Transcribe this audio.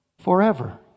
forever